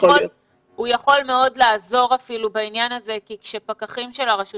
הוא יכול מאוד לעזור בעניין הזה כי כאשר פקחים של הרשות